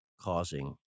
causing